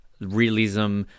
realism